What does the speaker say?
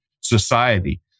society